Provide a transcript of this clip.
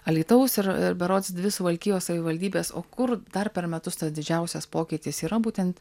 alytaus ir berods dvi suvalkijos savivaldybės o kur dar per metus tas didžiausias pokytis yra būtent